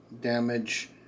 damage